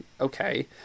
okay